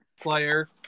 player